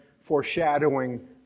foreshadowing